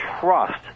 trust